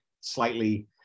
slightly